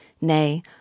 nay